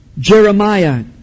Jeremiah